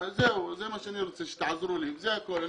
זה מה שאני רוצה, שתעזרו לי, זה הכול.